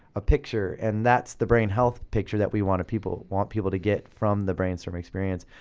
a picture, and that's the brain health picture that we want people want people to get from the brainstorm experience.